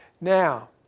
Now